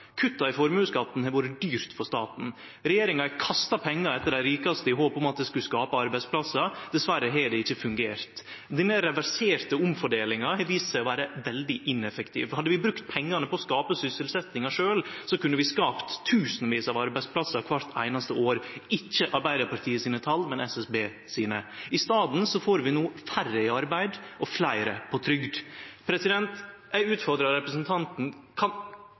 Kutta i formuesskatten har vore dyre for staten. Regjeringa har kasta pengar etter dei rikaste i håp om at det skulle skape arbeidsplassar. Dessverre har det ikkje fungert. Denne reverserte omfordelinga har vist seg å vere veldig ineffektiv. Hadde vi brukt pengane på å skape sysselsetjinga sjølve, kunne vi skapt tusenvis av arbeidsplassar kvart einaste år. Det er ikkje Arbeidarpartiet sine tal, men SSB sine. I staden får vi no færre i arbeid og fleire på trygd. Eg utfordrar representanten: Kan